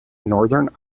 northern